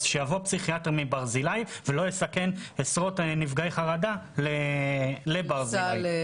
שיבוא פסיכיאטר מברזילי ולא יסכן עשרות נפגעי חרדה שייסעו לברזילי.